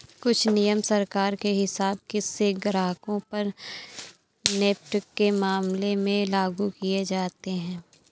कुछ नियम सरकार के हिसाब से ग्राहकों पर नेफ्ट के मामले में लागू किये जाते हैं